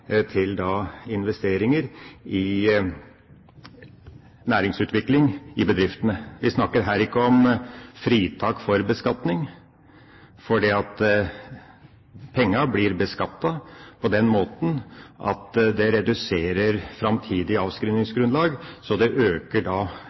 til investeringer i næringsutvikling i bedriftene. Vi snakker ikke her om fritak for beskatning, for pengene blir beskattet på den måten at de reduserer framtidig